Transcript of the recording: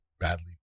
badly